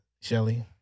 Shelly